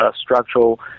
structural